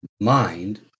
mind